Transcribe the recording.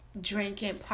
drinking